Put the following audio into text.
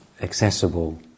accessible